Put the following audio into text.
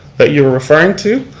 that you were referring to,